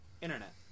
Internet